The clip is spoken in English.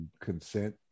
consent